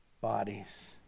bodies